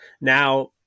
Now